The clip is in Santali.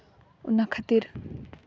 ᱚᱱᱟ ᱠᱷᱟᱹᱛᱤᱨ